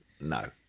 No